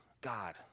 God